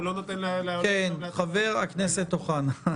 הוא לא נותן --- חבר הכנסת אוחנה.